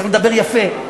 צריך לדבר יפה,